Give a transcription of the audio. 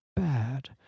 bad